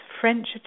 French